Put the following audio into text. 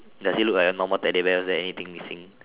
does it look like a normal teddy bear or is there anything missing